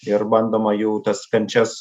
ir bandoma jų tas kančias